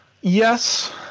Yes